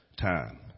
time